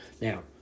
Now